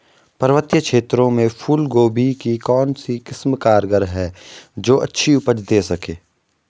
पर्वतीय क्षेत्रों में फूल गोभी की कौन सी किस्म कारगर है जो अच्छी उपज दें सके?